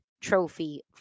Trophy